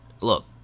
look